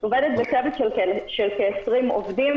היא עובדת בצוות של כ-20 עובדים,